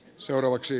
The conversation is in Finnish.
seuraavaksi